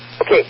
okay